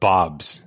Bob's